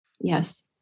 Yes